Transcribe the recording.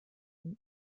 ihm